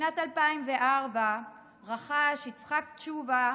בשנת 2004 רכש יצחק תשובה,